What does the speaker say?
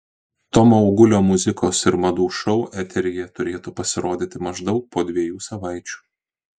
tomo augulio muzikos ir madų šou eteryje turėtų pasirodyti maždaug po dviejų savaičių